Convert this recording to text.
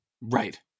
Right